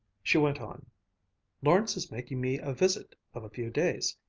she went on lawrence is making me a visit of a few days.